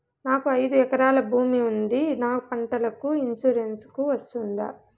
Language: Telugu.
నాకు ఐదు ఎకరాల భూమి ఉంది నాకు పంటల ఇన్సూరెన్సుకు వస్తుందా?